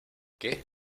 qué